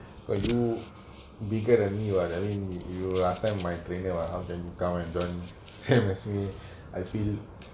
you bigger than you are the I mean you last time my trainer lah how can come and join same as me I feel